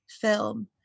film